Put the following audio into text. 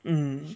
mm